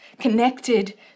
connected